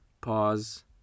Pause